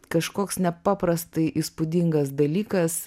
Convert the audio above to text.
kažkoks nepaprastai įspūdingas dalykas